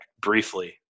briefly